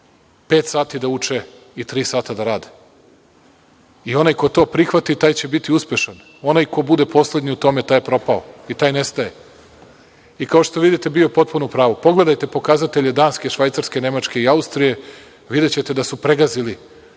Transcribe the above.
sati da uče i tri sata da rade. I onaj ko to prihvati, taj će biti uspešan, onaj ko bude poslednji u tome, taj je propao, i taj nestaje. Kao što vidite, bio je potpuno u pravu. Pogledajte pokazatelje Danske, Švajcarske, Nemačke i Austrije, videćete da su pregazili